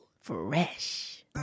Fresh